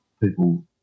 people